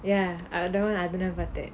ya I don't want அது நா பாத்தேன்:athu naa paathaen